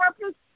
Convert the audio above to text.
purpose